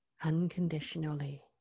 unconditionally